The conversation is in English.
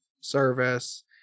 service